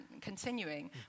continuing